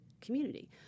community